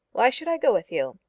why should i go with you?